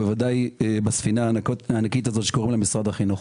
ודאי בספינה הענקית הזו ששמה משרד החינוך.